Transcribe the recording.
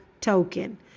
token